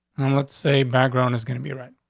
let's say background is gonna be right.